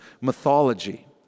mythology